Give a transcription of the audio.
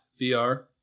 VR